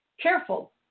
careful